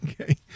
okay